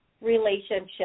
relationship